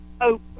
open